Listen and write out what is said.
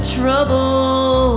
trouble